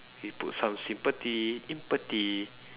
we put some sympathy empathy